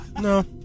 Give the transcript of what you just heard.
No